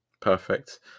Perfect